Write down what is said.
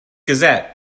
gazette